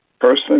person